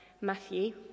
Matthew